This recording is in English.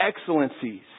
excellencies